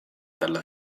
dalla